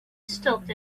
stopped